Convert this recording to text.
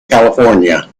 california